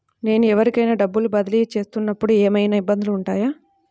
నేను ఎవరికైనా డబ్బులు బదిలీ చేస్తునపుడు ఏమయినా ఇబ్బందులు వుంటాయా?